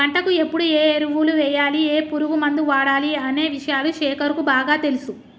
పంటకు ఎప్పుడు ఏ ఎరువులు వేయాలి ఏ పురుగు మందు వాడాలి అనే విషయాలు శేఖర్ కు బాగా తెలుసు